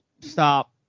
stop